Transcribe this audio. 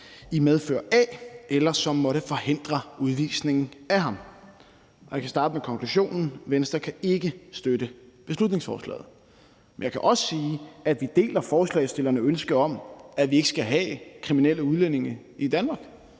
i medfør af, eller som måtte forhindre udvisningen af ham. Jeg kan starte med konklusionen: Venstre kan ikke støtte beslutningsforslaget. Men jeg kan også sige, at vi deler forslagsstillernes ønske om, at vi ikke skal have kriminelle udlændinge i Danmark.